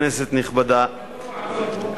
כנסת נכבדה,